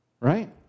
Right